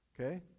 Okay